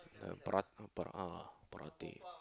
the pr~ uh pr~ uh